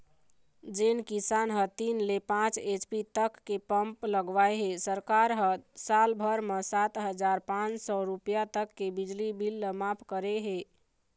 जेन किसान ह तीन ले पाँच एच.पी तक के पंप लगवाए हे सरकार ह साल भर म सात हजार पाँच सौ रूपिया तक के बिजली बिल ल मांफ करे हे